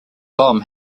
bomb